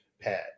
pad